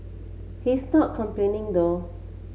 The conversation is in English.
he is not complaining though